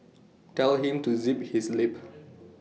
tell him to zip his lip